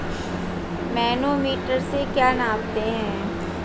Manometer से क्या नापते हैं?